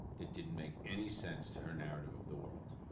that didn't make any sense to her narrative of the world?